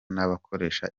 n’abakoresha